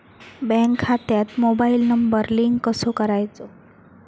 Bank खात्यात mobile number link कसो करायचो?